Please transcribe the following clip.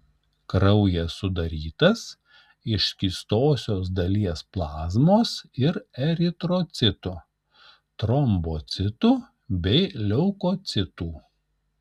kraujas sudarytas iš skystosios dalies plazmos ir eritrocitų trombocitų bei leukocitų